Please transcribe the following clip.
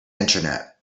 internet